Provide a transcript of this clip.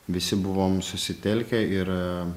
visi buvom susitelkę ir